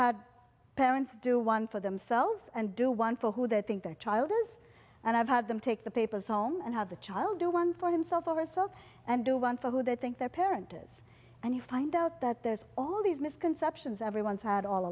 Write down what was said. had parents do one for themselves and do one for who they think their child is and i've had them take the papers home and have the child do one for himself or herself and do one for who they think their parent is and you find out that there's all these misconceptions everyone's had all